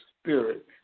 spirit